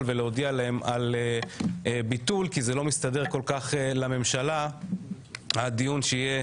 ולהודיע להם על ביטול הדיון רק כי לא מסתדר לממשלה שהדיון יהיה